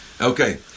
Okay